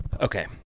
Okay